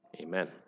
Amen